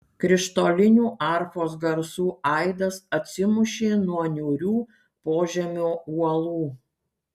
krištolinių arfos garsų aidas atsimušė nuo niūrių požemio uolų